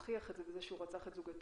הוא הוכיח את זה בכך שהוא רצח את זוגתו.